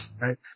Right